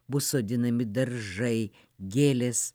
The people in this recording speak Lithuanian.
bus sodinami daržai gėlės